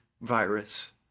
virus